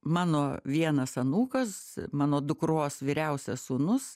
mano vienas anūkas mano dukros vyriausias sūnus